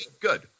good